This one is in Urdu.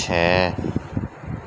چھ